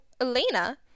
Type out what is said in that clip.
Elena